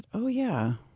oh yeah,